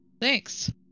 Thanks